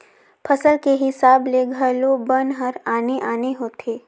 फसल के हिसाब ले घलो बन हर आने आने होथे